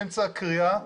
באמצע הקריאה,